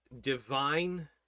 divine